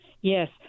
Yes